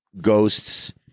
ghosts